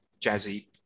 Jazzy